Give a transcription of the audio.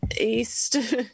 east